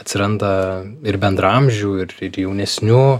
atsiranda ir bendraamžių ir ir jaunesnių